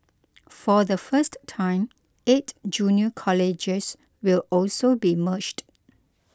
for the first time eight junior colleges will also be merged